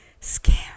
scam